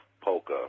polka